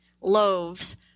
loaves